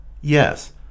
yes